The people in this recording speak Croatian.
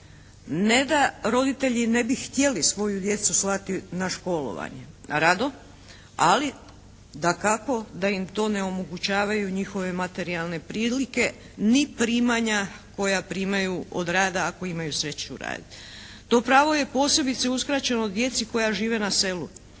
Ne da roditelji ne bi htjeli svoju djecu slati na školovanje. Rado, ali dakako da im to ne omogućavaju njihove materijalne prilike ni primanja koja primaju od rada ako imaju sreću raditi. To pravo je posebice uskraćeno djeci koja žive na selu.